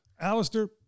Alistair